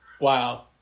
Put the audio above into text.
Wow